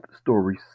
stories